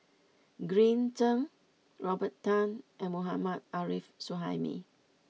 Green Zeng Robert Tan and Mohammad Arif Suhaimi